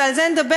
ועל זה נדבר,